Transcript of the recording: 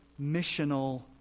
missional